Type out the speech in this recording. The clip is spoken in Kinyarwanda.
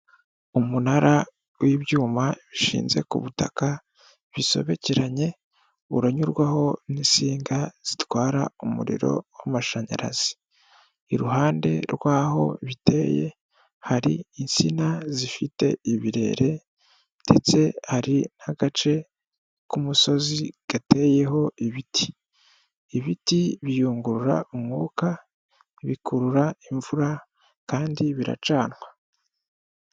Umunara w'ibyuma bishinze ku butaka bisobekeranye uranyurwaho n'insinga zitwara umuriro w'amashanyarazi, iruhande rw'aho biteye, hari insina zifite ibirere ndetse hari n'agace k'umusozi gateyeho ibiti, ibiti biyungurura umwuka bikurura imvura kandi biracanwa.